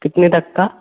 कितने तक का